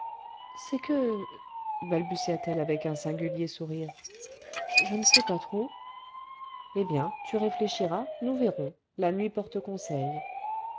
c'est que balbutia-t-elle avec un singulier sourire je ne sais pas trop eh bien tu réfléchiras nous verrons la nuit porte conseil